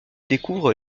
découvre